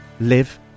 live